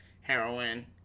heroin